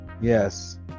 Yes